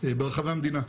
ברחבי המדינה,